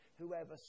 Whoever